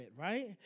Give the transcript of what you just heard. right